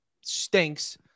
stinks